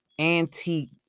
antique